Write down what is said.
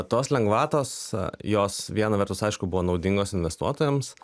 tos lengvatos jos viena vertus aišku buvo naudingos investuotojams